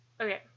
okay